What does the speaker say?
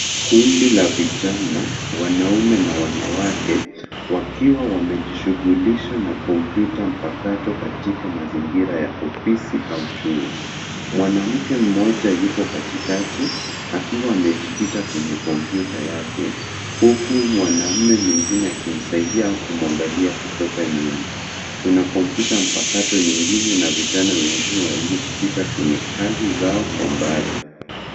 Kundi la vijana wanaume na wanawake wakiwa wamejishughulisha na kompyuta mpakato katika mazingira ya ofisi au chuo. Mwanamke mmoja yuko katikati akiwa amejikita kwenye kompyuta yake huku mwanamume mwingine akimsaidia kumwangalia kutoka nyuma. Kuna kompyuta mpakato nyingine na vijana wengine waliojikita kwenye kazi zao kwa mbali.